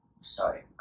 Sorry